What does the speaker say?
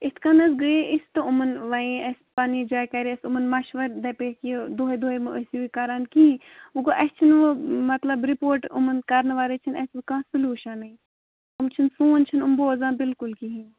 اِتھ کَن حظ گٔیے أسۍ تہٕ یِمَن وَنے اَسہِ پَننہِ جایہِ کَرے اَسہِ یِمَن مَشوَر دَپے یہِ دۄہَے دۄہَے ٲسۍ یِوٕ کَران کِہیٖنۍ وٕ گوٚو اَسہِ چھُنہٕ وٕ مطلب رِپوٹ یِمَن کَرنہٕ وَرٲے چھِنہٕ اَسہِ وۅنۍ کانٛہہ سُلوٗشَنٕے یِم چھِنہٕ سُون چھِنہٕ یِم بوزان بِلکُل کِہیٖنۍ